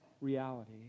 reality